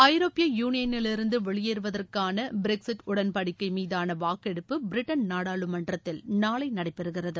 ஐரோப்பிய யூனியனிலிருந்து வெளியேறுவதற்கான பிரிக்ஸிட் உடன்படிக்கை மீதான வாக்கெடுப்பு பிரிட்டன் நாடாளுமன்றத்தில் நாளை நடைபெறுகிறது